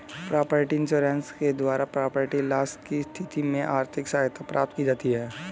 property insurance के द्वारा property loss की स्थिति में आर्थिक सहायता प्राप्त की जाती है